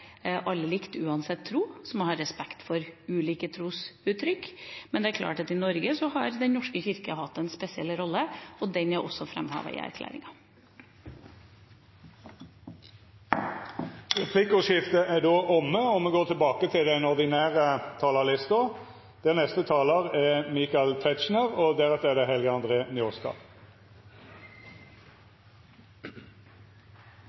alle likt, uansett tro, og som har respekt for ulike trosuttrykk. Men det er klart at i Norge har Den norske kirke hatt en spesiell rolle, og den er også framhevet i erklæringen. Replikkordskiftet er då omme. Enkelte talere har i dag vært opptatt av at regjeringen er mer utsatt enn tidligere med den sammensetning Stortinget har etter valget. Jeg mener personlig at det er